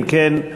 אם כן,